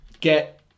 get